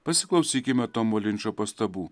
pasiklausykime tomo linčo pastabų